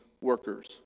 workers